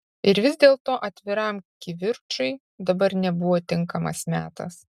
ir vis dėlto atviram kivirčui dabar nebuvo tinkamas metas